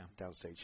downstage